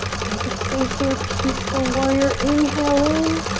take up space here. peaceful warrior, inhale in.